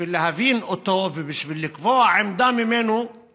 בשביל להבין אותו וכדי לקבוע בו עמדה צריך